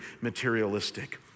materialistic